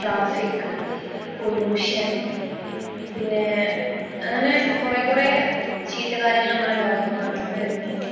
traffic pollution പിന്നെ അങ്ങനെ കുറേ കുറേ ചീത്ത കാര്യങ്ങൾ നമ്മളെ ലോകത്ത് നടന്ന് വരുന്നുണ്ട്